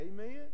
Amen